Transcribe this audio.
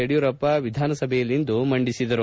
ಯಡಿಯೂರಪ್ಪ ವಿಧಾನಸಭೆಯಲ್ಲಿಂದು ಮಂಡಿಸಿದರು